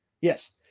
Yes